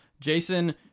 Jason